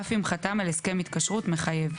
אף אם חתם על הסכם התקשרות מחייב.